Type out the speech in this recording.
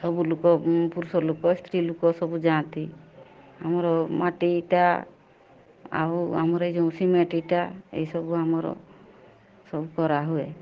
ସବୁ ଲୁକ ପୁରୁଷ ଲୁକ ସ୍ତ୍ରୀ ଲୁକ ସବୁ ଯାଆନ୍ତି ଆମର ମାଟି ଇଟା ଆଉ ଆମର ଏ ଯେଉଁ ସିମେଣ୍ଟ ଇଟା ଏଇ ସବୁ ଆମର ସବୁ କରାହୁଏ